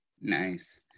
nice